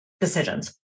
decisions